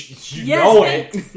Yes